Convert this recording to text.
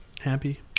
happy